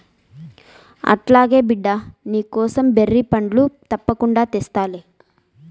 అట్లాగే బిడ్డా, నీకోసం బేరి పండ్లు తప్పకుండా తెస్తాలే